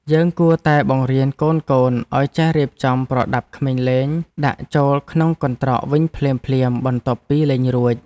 យើងគួរតែបង្រៀនកូនៗឱ្យចេះរៀបចំប្រដាប់ក្មេងលេងដាក់ចូលក្នុងកន្ត្រកវិញភ្លាមៗបន្ទាប់ពីលេងរួច។